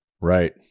Right